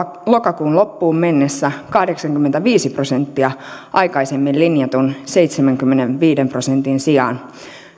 lokakuun loppuun mennessä kahdeksankymmentäviisi prosenttia aikaisemmin linjatun seitsemänkymmenenviiden prosentin sijaan